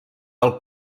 del